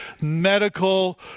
medical